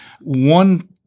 One